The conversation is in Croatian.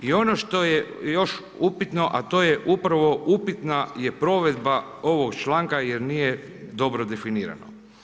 I ono što je još upitno, a to je upravo upitna je provedba ovog članka, jer nije dobro definirano.